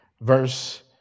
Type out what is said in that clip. Verse